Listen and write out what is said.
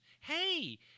Hey